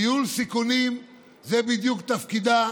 ניהול סיכונים זה בדיוק תפקידה,